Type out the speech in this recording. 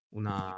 una